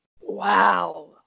Wow